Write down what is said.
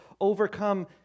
overcome